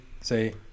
Say